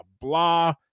blah